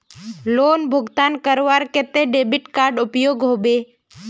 Loan भुगतान करवार केते डेबिट कार्ड उपयोग होबे?